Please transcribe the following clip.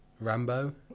Rambo